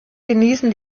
genießen